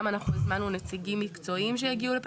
גם אנחנו הזמנו נציגים מקצועיים שיגיעו.